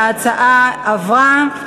ההצעה עברה.